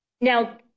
Now